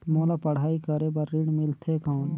मोला पढ़ाई करे बर ऋण मिलथे कौन?